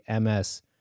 MS